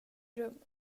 rum